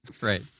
Right